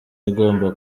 igomba